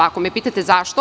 Ako me pitate - zašto?